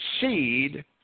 seed